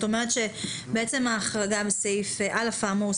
זאת אומרת שבעצם ההחרגה בסעיף (א) האמור,